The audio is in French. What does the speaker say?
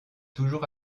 toujours